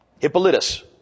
Hippolytus